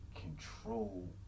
control